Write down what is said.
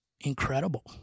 incredible